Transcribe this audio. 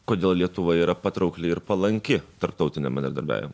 kodėl lietuva yra patraukli ir palanki tarptautiniam bendradarbiavimui